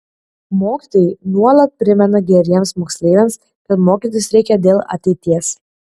mokytojai nuolat primena geriems moksleiviams kad mokytis reikia dėl ateities